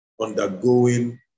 undergoing